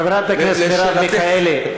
אני אמרתי, זה לא, חברת הכנסת מרב מיכאלי,